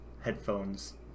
headphones